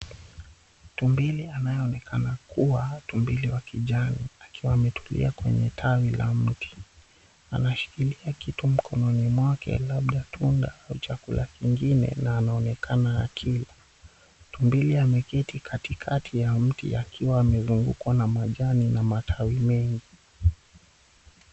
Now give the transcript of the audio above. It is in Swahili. Tumbili anayeonekana kuwa tumbili wa kijani akiwa ametulia kwenye tawi la mti. Anashikilia kitu mkononi mwake labda tunda au chakula kingine na anaonekana akila. Tumbili ameketi katikati ya mti akiwa amezungukwa na majani na matawi mengi.